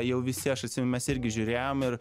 jau visi aš atsimenu mes irgi žiūrėjom ir